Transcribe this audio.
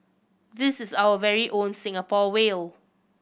this is our very own Singapore whale